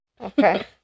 Okay